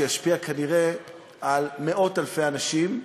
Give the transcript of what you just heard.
שישפיע כנראה על מאות-אלפי אנשים,